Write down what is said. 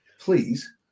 Please